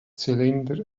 zylinder